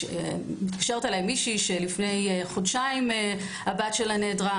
שמתקשרת מישהי שלפני חודשיים הבת שלה נעדרה.